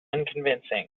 unconvincing